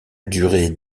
durée